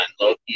Loki